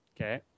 Okay